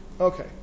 Okay